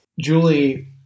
Julie